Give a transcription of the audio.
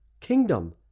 kingdom